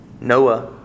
Noah